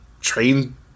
train